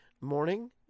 morning